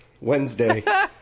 Wednesday